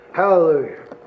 hallelujah